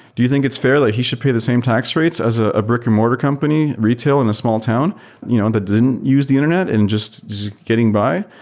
do you think it's fair that he should pay the same tax rates as ah a brick and mortar company retail in a small town you know that didn't use the internet and just getting by?